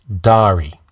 Dari